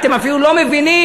אתם אפילו לא מבינים,